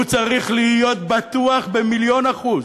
הוא צריך להיות בטוח במיליון אחוז